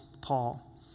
Paul